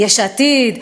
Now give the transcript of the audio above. יש עתיד,